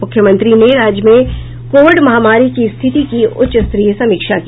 मुख्यमंत्री ने राज्य में कोविड महामारी की स्थिति की उच्च स्तरीय समीक्षा की